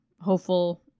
hopeful